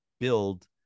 build